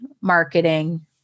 marketing